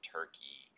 Turkey